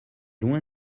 loin